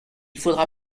faudra